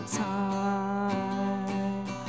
time